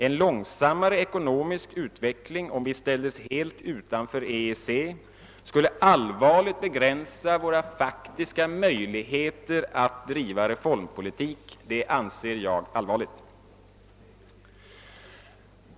En långsammare ekonomisk utveckling som följd av att vi helt ställs utanför EEC skulle allvarligt begränsa våra faktiska möjligheter att driva reformpolitik. Det anser jag vara allvarligt.